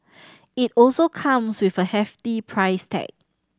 it also comes with a hefty price tag